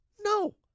No